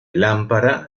lámpara